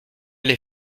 les